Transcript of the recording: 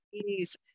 please